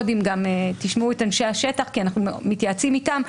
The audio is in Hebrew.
אם גם תשמעו את אנשי השטח כי אנחנו מתייעצים איתם.